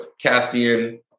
Caspian